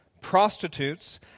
prostitutes